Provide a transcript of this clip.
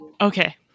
Okay